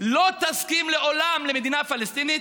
לא יסכים לעולם למדינה פלסטינית,